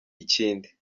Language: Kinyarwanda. ikindi